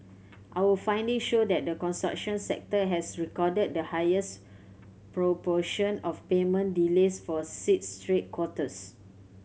our finding show that the construction sector has recorded the highest proportion of payment delays for six straight quarters